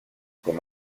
com